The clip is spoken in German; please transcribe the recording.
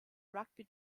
rugby